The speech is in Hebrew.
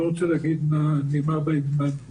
אני לא רוצה להגיד מה נאמר בהם ומה לא